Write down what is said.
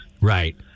Right